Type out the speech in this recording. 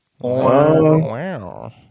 Wow